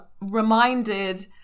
reminded